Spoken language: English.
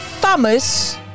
Thomas